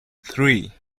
three